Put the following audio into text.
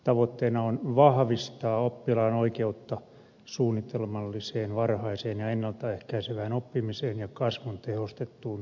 tavoitteena on vahvistaa oppilaan oikeutta suunnitelmalliseen varhaiseen ja ennalta ehkäisevään oppimiseen ja kasvun tehostettuun tukeen